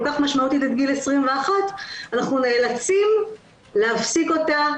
כך משמעותית עד גיל 21 אנחנו נאלצים להפסיק אותה,